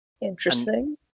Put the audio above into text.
Interesting